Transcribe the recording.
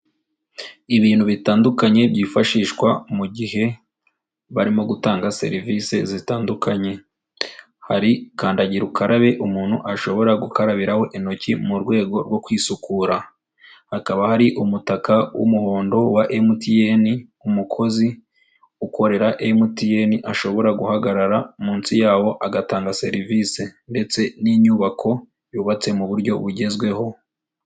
Ibintu bitandukanye byifashishwa mu gihe barimo gutanga serivise zitandukanye, hari kandagira ukarabe umuntu ashobora gukarabiraho intoki mu rwego rwo kwisukura, hakaba hari umutaka w'umuhondo wa MTN umukozi ukorera MTN ashobora guhagarara munsi yawo agatanga serivise ndetse n'inyubako yubatse mu buryo bugezweho.